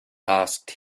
asked